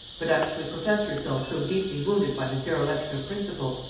but actually professed herself so deeply wounded by his dereliction of principle,